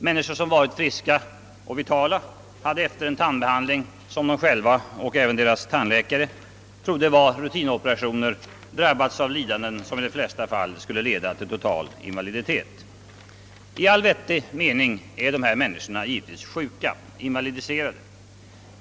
Människor som varit friska och vitala har efter tandbehandlingar, som de själva trodde var rutinoperationer, drabbats av lidanden som i de flesta fall lett till total invaliditet. I all vettig mening är dessa människor sjuka, invalidiserade.